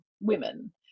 women